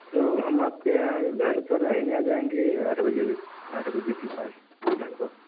तो हम आपके यहाँ घर पर रहेंगे आ जाएँगे आठ बजे आठ बजे के पास लगभग